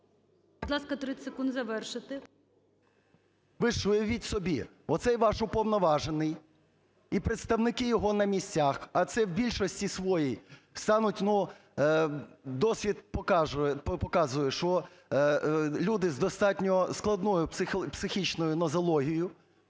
Ви ж уявіть собі, оцей ваш уповноважений і представники його на місцях, а це в більшості своїй стануть, ну, досвід показує, що люди з достатньо складною психічною нозологією,